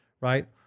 right